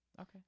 Okay